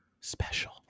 special